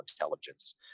intelligence